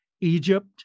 Egypt